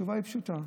התשובה פשוטה: